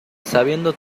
sabiendo